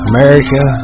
America